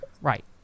right